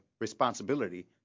responsibility